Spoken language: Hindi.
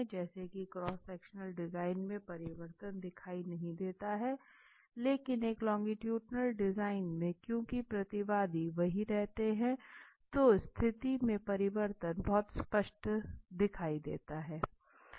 जैसे कि क्रॉस सेक्शनल डिज़ाइन में परिवर्तन दिखाई नहीं देते है लेकिन एक लोंगीटुडनल डिज़ाइन में क्योंकि प्रतिवादी वही रहते है तो स्तिथी में परिवर्तन बहुत स्पष्ट दिखाई देता है